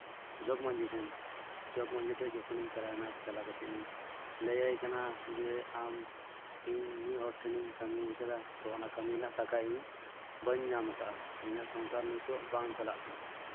ᱡᱚᱜᱽ ᱢᱟᱹᱡᱷᱤ ᱴᱷᱮᱱ ᱡᱚᱜᱽ ᱢᱟᱹᱡᱷᱤ ᱴᱷᱮᱱ ᱡᱚᱠᱷᱚᱱᱤᱧ ᱪᱟᱞᱟᱣᱱᱟ ᱪᱟᱞᱟᱣ ᱠᱟᱛᱮᱫ ᱤᱧ ᱞᱟᱹᱭᱟᱭ ᱠᱟᱱᱟ ᱡᱮ ᱟᱢ ᱤᱧ ᱢᱤᱫ ᱦᱚᱲ ᱴᱷᱮᱱᱤᱧ ᱠᱟᱹᱢᱤᱭ ᱠᱟᱫᱟ ᱛᱚ ᱚᱱᱟ ᱠᱟᱹᱢᱤ ᱨᱮᱱᱟᱜ ᱴᱟᱠᱟ ᱤᱧ ᱵᱟᱹᱧ ᱧᱟᱢᱟᱠᱟᱫᱼᱟ ᱤᱧᱟᱹᱜ ᱥᱚᱝᱥᱟᱨ ᱱᱤᱛᱚᱜ ᱵᱟᱝ ᱪᱟᱞᱟᱜ ᱠᱟᱱᱟ